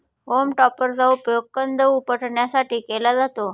home टॉपरचा उपयोग कंद उपटण्यासाठी केला जातो